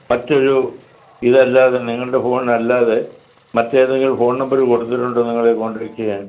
മറ്റൊരു ഇതല്ലാതെ നിങ്ങളുടെ ഫോൺ അല്ലാതെ മറ്റേതെങ്കിലും ഫോൺ നമ്പർ കൊടുത്തിട്ടുണ്ടോ നിങ്ങളെ കോണ്ടാക്റ്റ് ചെയ്യാൻ